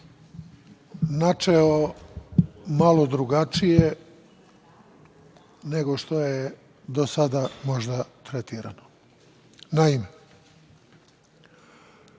načeo malo drugačije nego što je do sada možda tretirano. Naime,